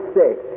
sick